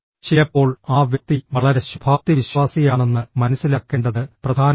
ചിലപ്പോൾ ആ വ്യക്തി വളരെ ശുഭാപ്തിവിശ്വാസിയാണെന്ന് മനസ്സിലാക്കേണ്ടത് പ്രധാനമാണ്